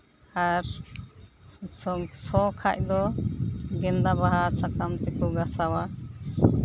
ᱟᱨ ᱥᱚ ᱥᱚ ᱠᱷᱟᱱ ᱫᱚ ᱜᱮᱸᱫᱟ ᱵᱟᱦᱟ ᱥᱟᱠᱟᱢ ᱛᱮᱠᱚ ᱜᱟᱥᱟᱣᱟ